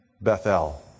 Bethel